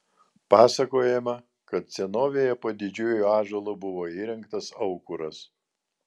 pasakojama kad senovėje po didžiuoju ąžuolu buvo įrengtas aukuras